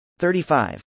35